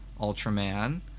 Ultraman